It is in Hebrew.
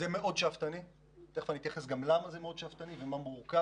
שאפתני ותכף אני אגיד למה זה מאוד שאפתני ומורכב